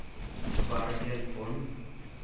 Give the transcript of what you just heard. ᱵᱟᱨᱜᱮᱞ ᱯᱩᱱ